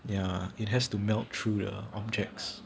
ya it has to melt through the objects